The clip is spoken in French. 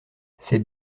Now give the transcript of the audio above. cette